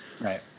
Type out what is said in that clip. right